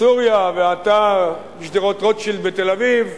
סוריה, ועתה שדרות-רוטשילד בתל-אביב,